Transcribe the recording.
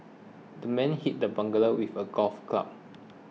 the man hit the burglar with a golf club